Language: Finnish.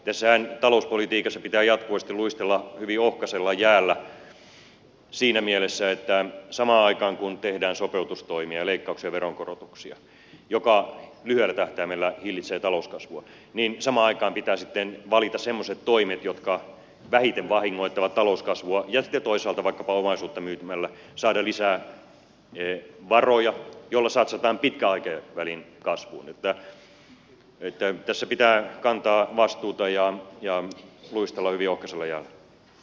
tässähän talouspolitiikassa pitää jatkuvasti luistella hyvin ohkaisella jäällä siinä mielessä että samaan aikaan kun tehdään sopeutustoimia ja leikkauksia ja veronkorotuksia jotka lyhyellä tähtäimellä hillitsevät talouskasvua pitää sitten valita semmoiset toimet jotka vähiten vahingoittavat talouskasvua ja sitten toisaalta vaikkapa omaisuutta myymällä saada lisää varoja joilla satsataan pitkän aikavälin kasvuun niin että tässä pitää kantaa vastuuta ja luistella hyvin ohkaisella jäällä